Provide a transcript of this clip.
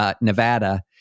Nevada